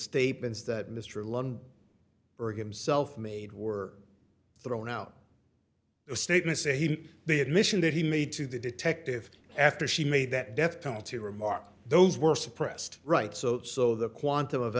statements that mr lund or himself made were thrown out a statement saying he did the admission that he made to the detective after she made that death penalty remark those were suppressed right so that so the quantum of